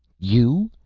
you?